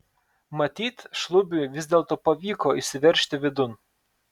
matyt šlubiui vis dėlto pavyko įsiveržti vidun